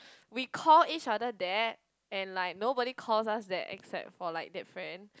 we call each other that and like nobody calls us that except for like that friend